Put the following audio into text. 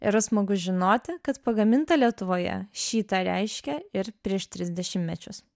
yra smagu žinoti kad pagaminta lietuvoje šį tą reiškė ir prieš tris dešimtmečius